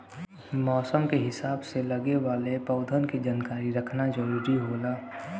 मौसम के हिसाब से लगे वाले पउधन के जानकारी रखना जरुरी होला